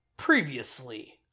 Previously